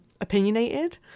opinionated